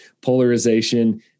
polarization